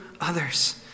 others